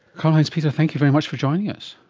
karlheinz peter, thank you very much for joining us.